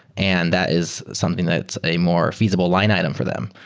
and that is something that's a more feasible line item for them.